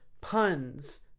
puns